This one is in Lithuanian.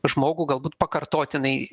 žmogų galbūt pakartotinai